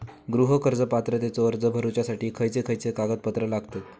गृह कर्ज पात्रतेचो अर्ज भरुच्यासाठी खयचे खयचे कागदपत्र लागतत?